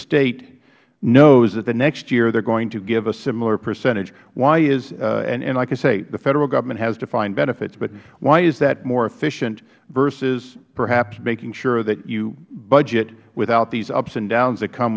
state knows that the next year they are going to give a similar percentage and like i say the federal government has defined benefits but why is that more efficient versus perhaps making sure that you budget without these ups and downs that come